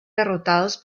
derrotados